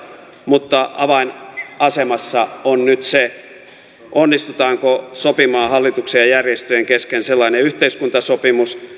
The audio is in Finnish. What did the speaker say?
mutta avainasemassa on nyt onnistutaanko sopimaan hallituksen ja järjestöjen kesken sellainen yhteiskuntasopimus